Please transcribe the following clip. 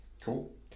Cool